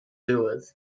doers